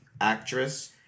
actress